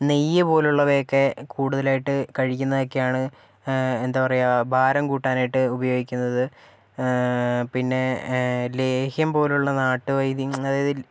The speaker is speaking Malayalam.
നെയ്യ് പോലുള്ളവയെക്കെ കൂടുതലായിട്ട് കഴിക്കുന്നതൊക്കെയാണ് എന്താ പറയ്യാ ഭാരം കൂട്ടാനായിട്ട് ഉപയോഗിക്കുന്നത് പിന്നെ ലേഹ്യം പോലുള്ള നാട്ട് വൈദ്യങ്ങളിൽ